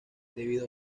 debido